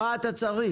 מה אתם צריכים?